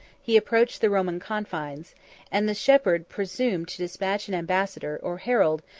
he approached the roman confines and the shepherd presumed to despatch an ambassador, or herald,